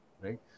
Right